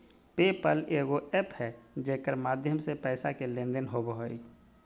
पे पल एगो एप्प है जेकर माध्यम से पैसा के लेन देन होवो हय